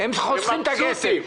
הם חוסכים את הכסף.